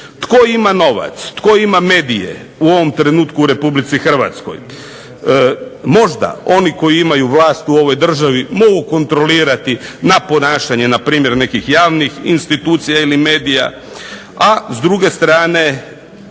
Tko ima novac, tko ima medije u ovom trenutku u RH? Možda oni koji imaju vlast u ovoj državi mogu kontrolirati na ponašanje npr. nekih javnih institucija ili medija, a s druge strane